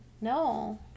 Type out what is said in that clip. No